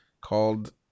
called